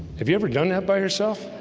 have you ever done that by herself?